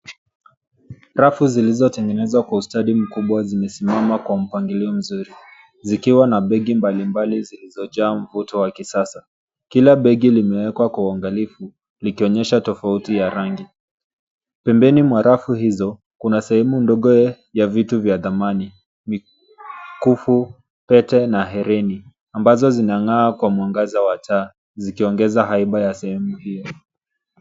Rafu zilizotengenezwa kwa ustadi mkubwa zimesimama kwa mpangilio mzuri, zikiwa na begi mbalimbali zilizojaa mvuto wa kisasa. Kila begi limewekwa kwa uangalifu likionyesha tofauti ya rangi. Pembeni mwa rafu hizo, kuna sehemu ndogo ya vitu vya dhamani; mikufu, pete na herini ambazo zinang'aa kwa mwangaza wa taa zikiongeza haiba ya sehemu hio.